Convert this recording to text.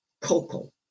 Coco